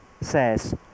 says